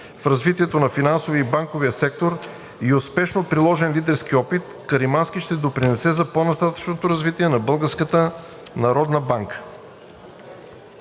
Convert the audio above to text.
в развитието на финансовия и банковия сектор и успешно приложен лидерски опит Каримански ще допринесе за по нататъшното развитие на